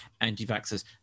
anti-vaxxers